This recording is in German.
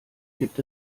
gibt